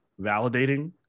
validating